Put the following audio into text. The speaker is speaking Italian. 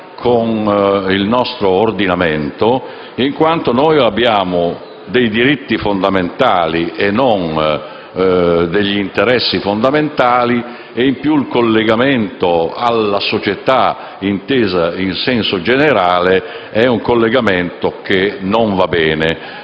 con il nostro ordinamento in quanto noi abbiamo dei diritti fondamentali e non degli interessi fondamentali. Inoltre, il collegamento alla società intesa in senso generale non va bene.